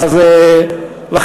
נכון מאוד.